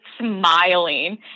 smiling